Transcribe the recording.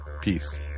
Peace